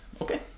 Okay